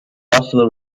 fossil